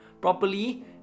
Properly